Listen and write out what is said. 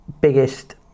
biggest